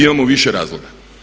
Imamo više razloga.